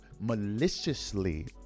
maliciously